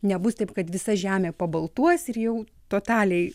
nebus taip kad visa žemė pabaltuos ir jau totaliai